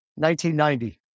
1990